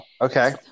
okay